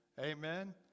Amen